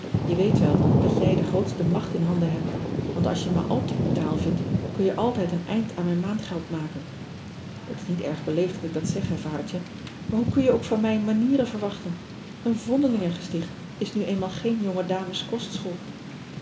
e weet wel dat jij de grootste macht in handen hebt want als je me al te brutaal vindt kun je altijd een eind aan mijn maandgeld maken et is niet erg beleefd dat ik dat zeg hè adertje maar hoe kun je ook van mij manieren verwachten een vondelingengesticht is nu eenmaal geen